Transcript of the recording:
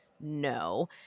no